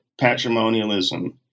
patrimonialism